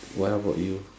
well how about you